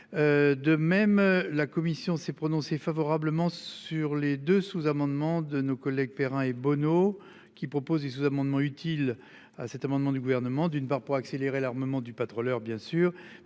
De même, la commission s'est prononcée favorablement sur les deux sous-amendements de nos collègues Perrin et Bono qui propose des sous-amendements utile à cet amendement du gouvernement d'une part pour accélérer l'armement du Patro leur bien sûr